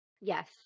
Yes